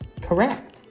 Correct